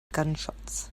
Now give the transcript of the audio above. gunshots